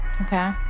Okay